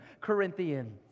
Corinthians